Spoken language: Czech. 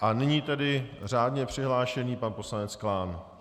A nyní tedy řádně přihlášený pan poslanec Klán.